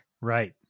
Right